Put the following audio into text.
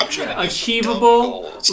Achievable